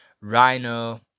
Rhino